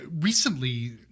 recently